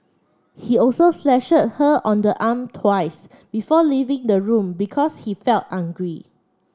he also slashed her on the arm twice before leaving the room because he felt angry